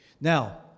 now